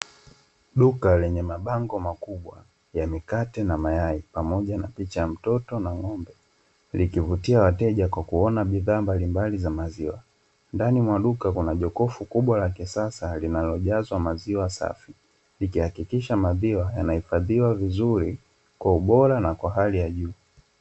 Duka lenye mabango makubwa ya mikate na mayai pamoja na picha ya mtoto na ng'ombe likivutia wateja kwa kuona bidhaa mbalimbali za maziwa, ndani mwa duka kuna jokofu kubwa la kisasa linalojazwa maziwa safi lilihakikisha maziwa yanahifadhiwa vizuri kwa ubora na kwa hali ya juu.